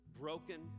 broken